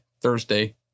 Thursday